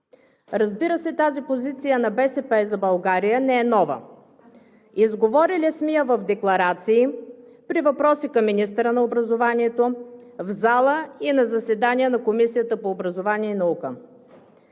Разбира се, тази позиция на „БСП за България“ не е нова. Изговорили сме я в декларации, при въпроси към министъра на образованието, в залата и на заседания на Комисията по образованието и науката.